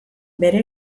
bere